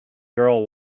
girl